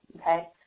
okay